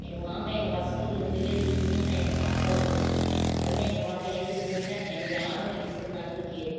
எங்கள் மாமன் எங்கள் பசங்களுக்கு ரெண்டு பேற்றுக்கு விசிறுங்க நான் எங்கள் பாப்பாவுக்கு விசிறுவேன் உடனே எங்கள் பாப்பா எழுந்திருச்ச உட்ன எனக்கு யாரும்மா விசிறுனாங்கன்னு கேட்கும்